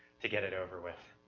to get it over with.